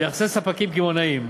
ביחסי ספקים קמעונאים,